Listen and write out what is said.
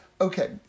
Okay